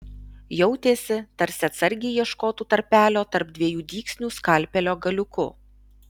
jautėsi tarsi atsargiai ieškotų tarpelio tarp dviejų dygsnių skalpelio galiuku